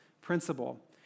principle